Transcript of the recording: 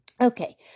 Okay